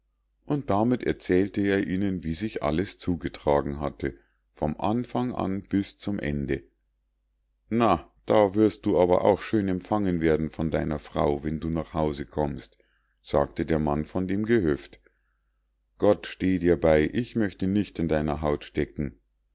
und damit erzählte er ihnen wie sich alles zugetragen hatte vom anfang an bis zu ende na da wirst du aber auch schön empfangen werden von deiner frau wenn du nach hause kommst sagte der mann von dem gehöft gott steh dir bei ich möchte nicht in deiner haut stecken